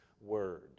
Word